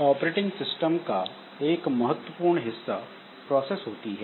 operating system का एक महत्वपूर्ण हिस्सा प्रोसेस होती है